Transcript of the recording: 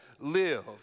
live